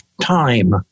time